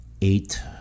eight